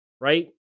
right